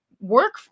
work